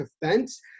defense